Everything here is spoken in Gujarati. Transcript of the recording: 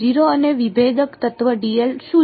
0 અને વિભેદક તત્વ શું છે